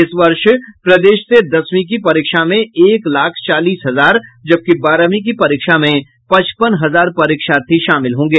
इस वर्ष प्रदेश से दसवीं की परीक्षा में एक लाख चालीस हजार जबकि बारहवीं की परीक्षा में पचपन हजार परीक्षार्थी शामिल होंगे